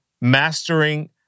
mastering